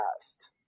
past